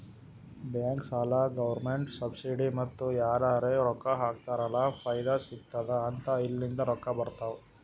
bank, ಸಾಲ, government subsidy ಮತ್ತ ಯಾರರೇ ರೊಕ್ಕಾ ಹಾಕ್ತಾರ್ ಅಲ್ಲ ಫೈದಾ ಸಿಗತ್ತುದ್ ಅಂತ ಇಲ್ಲಿಂದ್ ರೊಕ್ಕಾ ಬರ್ತಾವ್